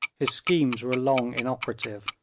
his schemes were long inoperative,